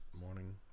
morning